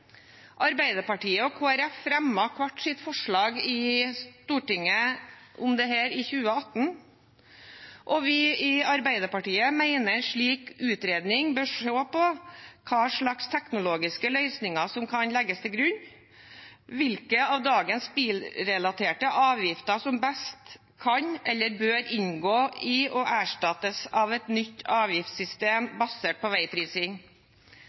Arbeiderpartiet og Kristelig Folkeparti fremmet hvert sitt forslag i Stortinget om dette i 2018, og vi i Arbeiderpartiet mener en slik utredning bør se på hva slags teknologiske løsninger som kan legges til grunn, hvilke av dagens bilrelaterte avgifter som best kan eller bør inngå i og erstattes av et nytt avgiftssystem basert på veiprising,